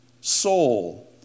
soul